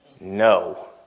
No